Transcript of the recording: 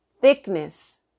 thickness